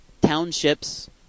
townships